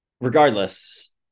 regardless